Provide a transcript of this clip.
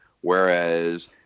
Whereas